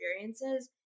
experiences